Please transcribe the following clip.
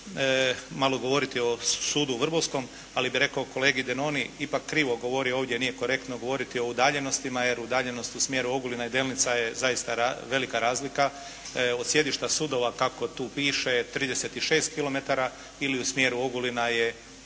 malo govoriti o sudu u Vrbovskom ali bih rekao kolegi Denoni. Ipak krivo govori ovdje. Nije korektno govoriti o udaljenosti jer udaljenost u smjeru Ogulina i Delnica je zaista velika razlika od sjedišta sudova kako tu piše 36 kilometara ili u smjeru Ogulina je